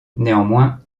néanmoins